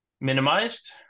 minimized